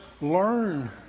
Learn